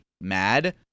mad